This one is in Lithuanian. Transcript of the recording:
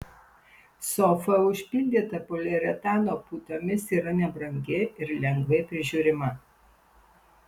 sofa užpildyta poliuretano putomis yra nebrangi ir lengvai prižiūrima